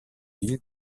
ville